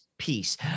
peace